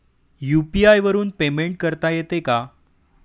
UPI वरून payment करता येते का?